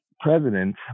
president